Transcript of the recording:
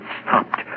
stopped